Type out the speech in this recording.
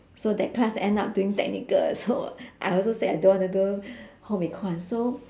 so that class end up doing technical so I also said I don't want to do home econs so